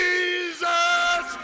Jesus